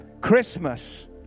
Christmas